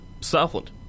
Southland